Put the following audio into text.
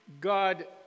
God